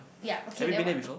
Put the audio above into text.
ya okay then what